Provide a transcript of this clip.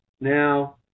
Now